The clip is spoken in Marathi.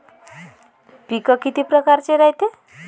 पिकं किती परकारचे रायते?